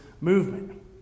movement